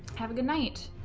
have a good night